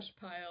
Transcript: pile